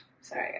Sorry